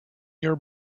your